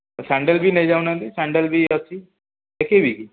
sandal ବି ନେଇଯାଉନାହାନ୍ତି sandal ବି ଅଛି ଦେଖାଇବି କି